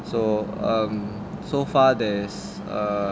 so um so far there's a